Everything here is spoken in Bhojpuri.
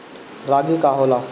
रागी का होला?